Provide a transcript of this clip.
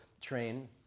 train